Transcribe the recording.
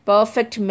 Perfect